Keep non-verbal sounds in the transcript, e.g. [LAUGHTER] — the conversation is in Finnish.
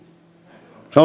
se [UNINTELLIGIBLE]